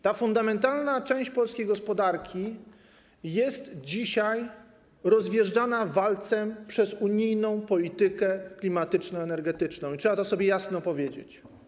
Ta fundamentalna część polskiej gospodarki jest dzisiaj rozjeżdżana walcem przez unijną politykę klimatyczno-energetyczną i trzeba to sobie jasno powiedzieć.